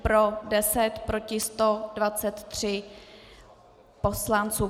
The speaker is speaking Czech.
Pro 10, proti 123 poslanců.